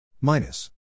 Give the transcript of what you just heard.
minus